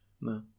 No